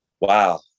Wow